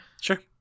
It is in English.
sure